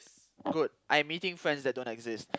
good I'm meeting friends that don't exist